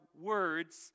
words